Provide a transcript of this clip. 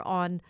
on